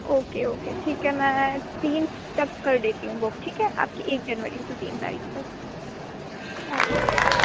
okay okay ٹھیک ہے میں تین تک کر دیتی ہوں بک ٹھیک ہے آپ کی ایک جنوری سے تین تاریخ تک اوکے یا